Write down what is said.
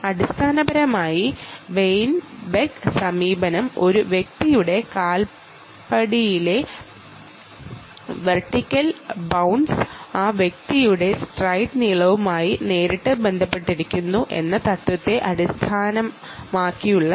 അടിസ്ഥാനപരമായി വെയ്ൻബെർഗ് സമീപനം ഒരു വ്യക്തിയുടെ കാൽപടിയിലെ വെർട്ടിക്കൽ ബൌൺസ് ആ വ്യക്തിയുടെ സ്ട്രൈഡ് നീളവുമായി നേരിട്ട് ബന്ധപ്പെട്ടിരിക്കുന്നു എന്ന തത്വത്തെ അടിസ്ഥാനമാക്കിയുള്ളതാണ്